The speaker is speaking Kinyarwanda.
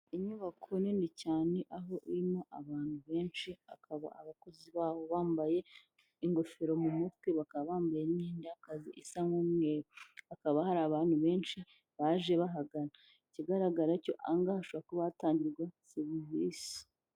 Inyubako nini cyane aho irimo abantu benshi akaba abakozi baho bambaye ingofero mu mutwe, bakaba bambaye n'imyenda y'akazi isa nk'umweru, hakaba hari abantu benshi baje bahagana, ikigaragara cyo aha ngaha hashobora kuba hatangirwa serivisi.